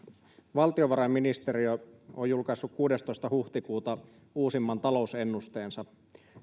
valtiovarainministeriö on julkaissut kuudestoista huhtikuuta uusimman talousennusteensa